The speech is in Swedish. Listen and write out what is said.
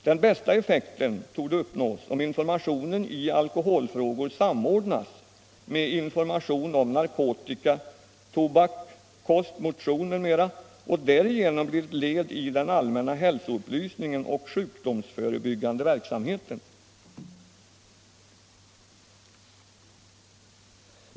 Den bästa effekten torde uppnås om informationen i alkoholfrågor samordnas med information om narkotika, tobak, kost, motion m.m. och därigenom blir ett led i den allmänna hälsoupplysningen och sjukdomsförebyggande verksamheten.